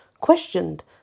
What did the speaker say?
questioned